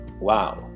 wow